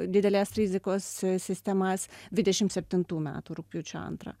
didelės rizikos sistemas dvidešimt septintų metų rugpjūčio antrą